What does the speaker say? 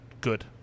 good